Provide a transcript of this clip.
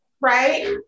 Right